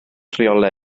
rheolau